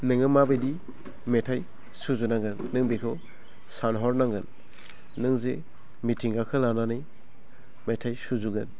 नोङो माबायदि मेथाइ सुजुनांगोन नों बेखौ सानहरनांगोन नों जे मिथिंगाखौ लानानै मेथाइ सुजुगोन